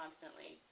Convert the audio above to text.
constantly